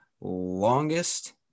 longest